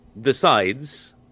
decides